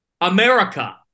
America